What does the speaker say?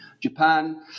Japan